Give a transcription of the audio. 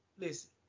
listen